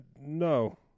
no